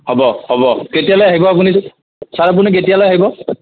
হ'ব হ'ব কেতিয়ালৈ আহিব আপুনি ছাৰ আপুনি কেতিয়ালৈ আহিব